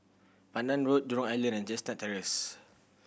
Pandan Road Jurong Island and Chestnut Terrace